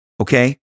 Okay